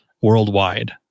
worldwide